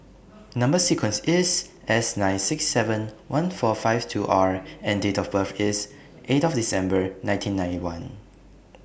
Number sequence IS S nine six seven one four five two R and Date of birth IS eight of December nineteen ninety one